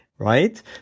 Right